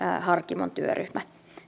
harkimon työryhmä